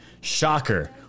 Shocker